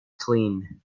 clean